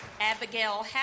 Abigail